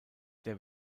der